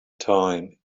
time